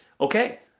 okay